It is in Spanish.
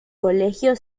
colegio